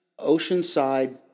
Oceanside